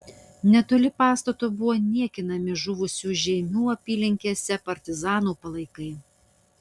netoli pastato buvo niekinami žuvusių žeimių apylinkėse partizanų palaikai